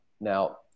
Now